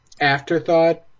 afterthought